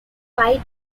five